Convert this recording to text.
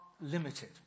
limited